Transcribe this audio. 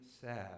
sad